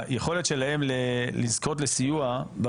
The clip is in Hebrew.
כל